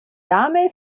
dame